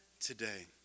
today